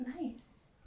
nice